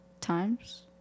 times